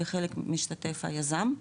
בחלק משתתף היזם,